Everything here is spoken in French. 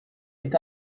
est